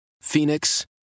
Phoenix